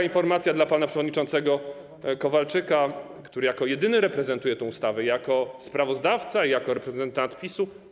Informacja dla pana przewodniczącego Kowalczyka, który jako jedyny reprezentuje tę ustawę: jako sprawozdawca i jako reprezentant PiS-u.